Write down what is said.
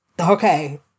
Okay